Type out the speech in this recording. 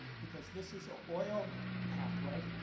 because this is an oil pathway,